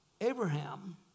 Abraham